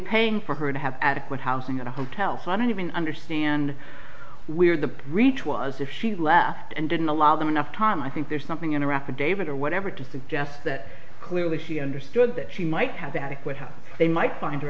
paying for her to have adequate housing at a hotel so i don't even understand where the breach was if she left and didn't allow them enough time i think there's something interactive david or whatever to suggest that clearly she understood that she might have adequate health they might find her